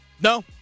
No